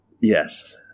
Yes